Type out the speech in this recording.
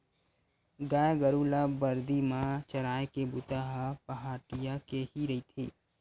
गाय गरु ल बरदी म चराए के बूता ह पहाटिया के ही रहिथे